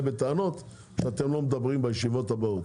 בטענות אם אתם לא מדברים בישיבות הבאות.